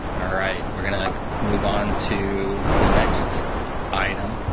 right. we're going move on to the next item.